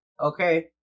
Okay